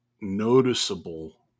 noticeable